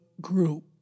group